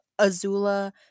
Azula